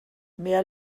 mehr